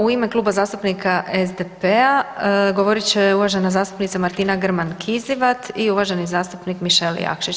U ime Kluba zastupnika SDP-a govorit će uvažena zastupnica Martina Grman Kizivat i uvaženi zastupnik Mišel Jakšić.